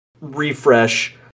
refresh